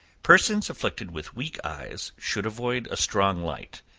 persons afflicted with weak eyes should avoid a strong light,